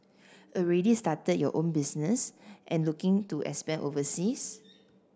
already started your own business and looking to expand overseas